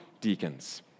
deacons